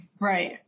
Right